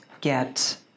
get